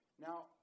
Now